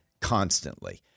constantly